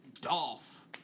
Dolph